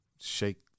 shake